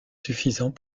suffisant